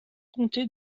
comté